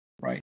Right